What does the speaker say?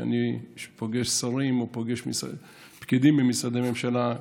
כשאני פוגש שרים או פוגש פקידים ממשרדי ממשלה,